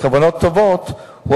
בכוונות טובות,